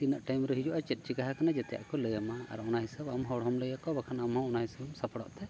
ᱛᱤᱱᱟᱹᱜ ᱴᱟᱭᱤᱢᱨᱮ ᱦᱤᱡᱩᱜᱼᱟ ᱪᱮᱫ ᱪᱤᱠᱟ ᱟᱠᱟᱱᱟ ᱡᱮᱛᱮᱭᱟᱜ ᱠᱚ ᱞᱟᱹᱭᱟᱢᱟ ᱟᱨ ᱚᱱᱟ ᱦᱤᱥᱟᱹᱵ ᱟᱢ ᱦᱚᱲᱦᱚᱸᱢ ᱞᱟᱹᱭᱟᱠᱚᱣᱟ ᱵᱟᱠᱷᱟᱱ ᱟᱢᱦᱚᱸ ᱚᱱᱟ ᱦᱤᱥᱟᱹᱵᱮᱢ ᱥᱟᱯᱲᱟᱜ ᱛᱮ